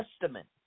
Testament